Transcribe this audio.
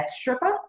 stripper